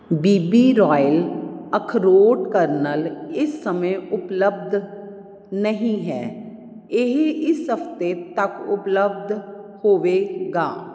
B B royal ਅਖਰੋਟ kernel ਇਸ ਸਮੇਂ ਉਪਲੱਬਧ ਨਹੀਂ ਹੈ ਇਹ ਇਸ ਹਫ਼ਤੇ ਤੱਕ ਉਪਲੱਬਧ ਹੋਵੇਗਾ